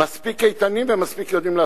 מספיק איתנים ומספיק יודעים לעשות.